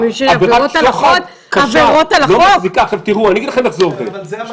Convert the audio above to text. עבירת שוחד קשה -- אני אגיד לכם איך זה עובד.